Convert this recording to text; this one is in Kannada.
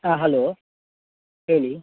ಹಾಂ ಹಲೋ ಹೇಳಿ